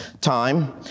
time